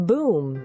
Boom